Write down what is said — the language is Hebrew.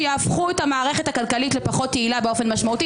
שיהפכו את המערכת הכלכלית לפחות יעילה באופן משמעותי.